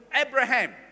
Abraham